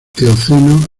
eoceno